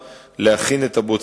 כדי למחזרה בפיזור חקלאי,